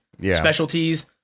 specialties